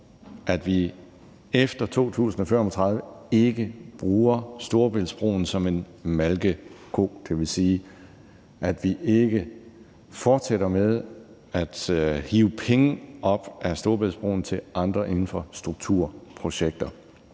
at vi efter 2035 ikke bruger Storebæltsbroen som en malkeko, og det vil sige, at vi ikke fortsætter med at hive penge ud af Storebæltsbroen til andre infrastrukturprojekter.